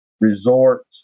resorts